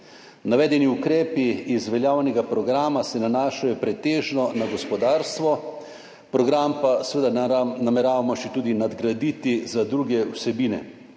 Navedeni ukrepi iz veljavnega programa se nanašajo pretežno na gospodarstvo, program pa seveda nameravamo še tudi nadgraditi za druge vsebine.